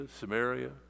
Samaria